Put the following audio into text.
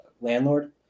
landlord